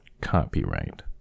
Copyright